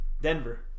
Denver